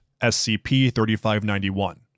SCP-3591